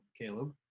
Caleb